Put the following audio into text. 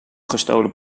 gestolen